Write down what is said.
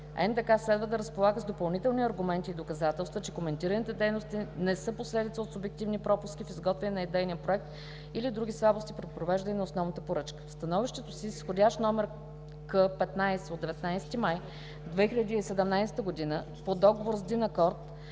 НДК следва да разполага с допълнителни аргументи и доказателства, че коментираните дейности не са последица от субективни пропуски в изготвянето на идейния проект или други слабости при провеждането на основната поръчка“. В становището си с изх. № К-15 от 19 май 2017 г., по договор с „Динакорд